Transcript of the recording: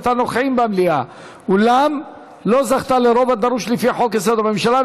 הנוכחים במליאה אולם לא זכתה ברוב הדרוש לפי חוק-יסוד: הממשלה,